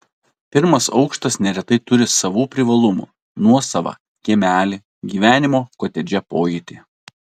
pirmas aukštas neretai turi savų privalumų nuosavą kiemelį gyvenimo kotedže pojūtį